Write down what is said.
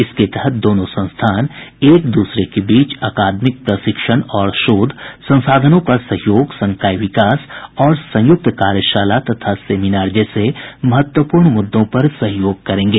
इसके तहत दोनों संस्थान एक द्रसरे के बीच अकादमी प्रशिक्षण और शोध संसाधनों का सहयोग संकाय विकास और संयुक्त कार्यशाला तथा सेमिनार जैसे महत्वपूर्ण मुद्दों पर सहयोग करेंगे